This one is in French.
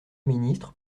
ministre